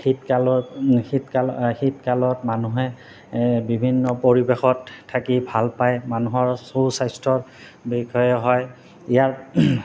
শীতকালৰ শীতকালৰ শীতকালত মানুহে বিভিন্ন পৰিৱেশত থাকি ভাল পায় মানুহৰ সু স্বাস্থ্যৰ বিকাশ হয় ইয়াৰ